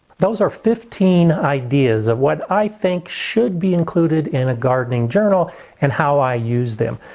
those are fifteen ideas of what i think should be included in a gardening journal and how i used them.